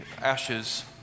ashes